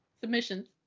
submissions